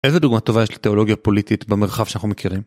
איזה דוגמא טובה יש לתיאולוגיה פוליטית במרחב שאנחנו מכירים?